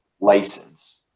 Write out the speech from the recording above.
license